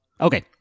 okay